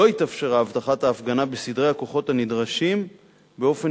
לא התאפשרה הבטחת ההפגנה בסדרי הכוחות הנדרשים באופן